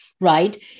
right